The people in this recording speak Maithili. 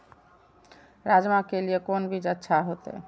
राजमा के लिए कोन बीज अच्छा होते?